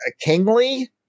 Kingly